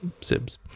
sibs